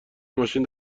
ماشین